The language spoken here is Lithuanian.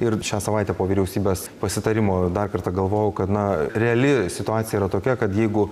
ir šią savaitę po vyriausybės pasitarimo dar kartą galvojau kad na reali situacija yra tokia kad jeigu